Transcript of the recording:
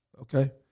okay